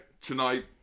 tonight